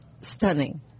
stunning